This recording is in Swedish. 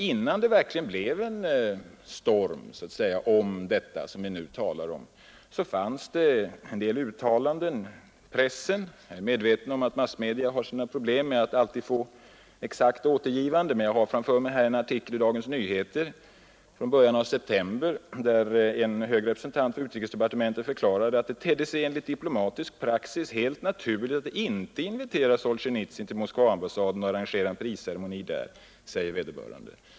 Innan det blev en storm om detta som vi nu diskuterar förekom en del uttalanden i pressen. Jag är medveten om att massmedia har sina problem med att alltid få ett exakt återgivande. Men jag har här framför mig en artikel i Dagens Nyheter från början av september, där en hög representant för utrikesdepartementet förklarade att det enligt diplomatisk praxis tedde sig helt naturligt att inte invitera Solsjenitsyn till Moskvaambassaden och arrangera en prisceremoni där.